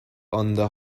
under